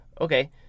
Okay